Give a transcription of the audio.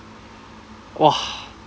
!wah!